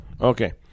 Okay